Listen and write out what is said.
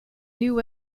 new